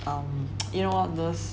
um you know one of those